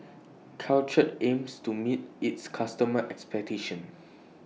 Caltrate aims to meet its customers' expectations